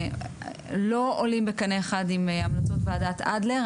שלא עולים בקנה אחד עם המלצות ועדת אדלר.